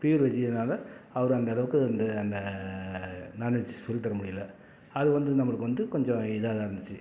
pure வெஜ்ஜினால் அவர் அந்த அளவுக்கு வந்து அந்த நாண்வெஜ்ஜு சொல்லித் தர முடியலை அது வந்து நம்மளுக்கு வந்து கொஞ்சம் இதாகதான் இருந்துச்சு